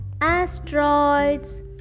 asteroids